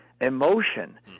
emotion